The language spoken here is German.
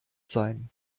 sein